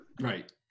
Right